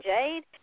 Jade